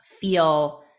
feel